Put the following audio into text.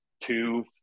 two